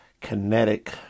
kinetic